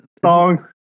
song